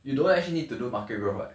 you don't actually need to do market road [what]